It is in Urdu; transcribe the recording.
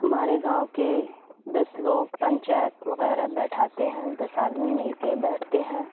ہمارے گاؤں کے دس لوگ پنچایت وغیرہ بیٹھاتے ہیں دس آدمی مل کے بیٹھتے ہیں